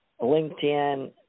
LinkedIn